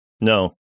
No